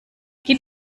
gib